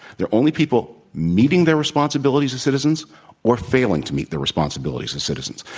there are only people meeting their responsibilities as citizens or failing to meet their responsibilities as citizens.